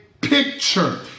picture